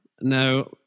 Now